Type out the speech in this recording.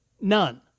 none